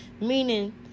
Meaning